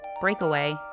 breakaway